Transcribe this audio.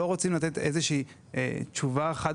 אנחנו לא רוצים לתת איזו שהיא תשובה חד